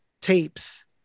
tapes